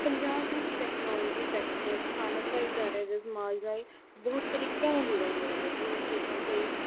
ਪੰਜਾਬ ਵਿੱਚ technology sector ਸਥਾਨਕ ਭਾਈਚਾਰੇ ਜਾਂ ਸਮਾਜ ਨਾਲ ਬਹੁਤ ਤਰੀਕਿਆਂ ਨਾਲ ਜੁੜਿਆ ਹੋਇਆ ਜਿਵੇਂ ਕਿ ਆਪਾਂ ਕਈ